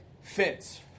fence